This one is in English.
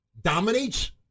dominates